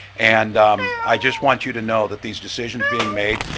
and i just want you to know that these decisions being made,